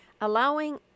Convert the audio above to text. Allowing